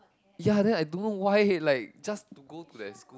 ya then I don't know why like just to go to that school